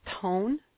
tone